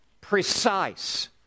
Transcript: precise